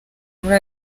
muri